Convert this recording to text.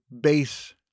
base